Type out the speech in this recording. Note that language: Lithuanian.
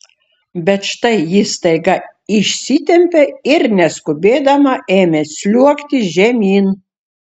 bet štai ji staiga išsitempė ir neskubėdama ėmė sliuogti žemyn